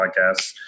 Podcast